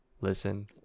listen